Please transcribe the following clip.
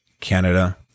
Canada